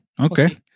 Okay